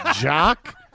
Jock